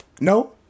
No